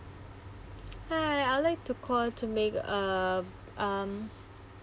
hi I would like to call to make a um